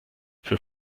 für